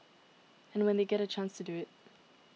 and when they get the chance to do it